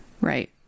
Right